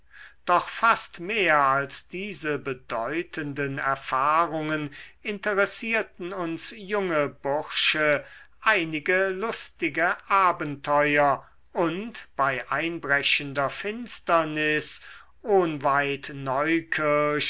doch fast mehr als diese bedeutenden erfahrungen interessierten uns junge bursche einige lustige abenteuer und bei einbrechender finsternis ohnweit